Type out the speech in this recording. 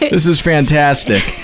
is is fantastic.